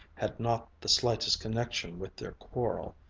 had not the slightest connection with their quarrel.